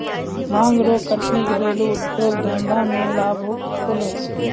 भांग रो कटनी घरेलू उद्यौग धंधा मे लाभ होलै